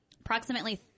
Approximately